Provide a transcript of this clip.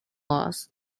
laws